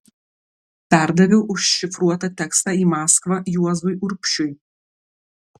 perdaviau užšifruotą tekstą į maskvą juozui urbšiui